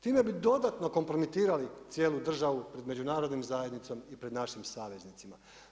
Time bi dodatno kompromitirali cijelu državu pred Međunarodnom zajednicom i pred našim saveznicima.